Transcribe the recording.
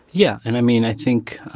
yeah. and i mean, i think